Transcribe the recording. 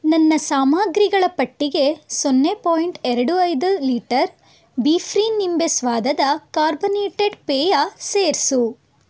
ನನ್ನ ಸಾಮಗ್ರಿಗಳ ಪಟ್ಟಿಗೆ ಸೊನ್ನೆ ಪಾಯಿಂಟ್ ಎರಡು ಐದು ಲೀಟರ್ ಬೀಫ್ರೀ ನಿಂಬೆ ಸ್ವಾದದ ಕಾರ್ಬನೇಟೆಡ್ ಪೇಯ ಸೇರಿಸು